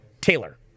Taylor